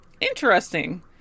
interesting